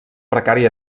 precari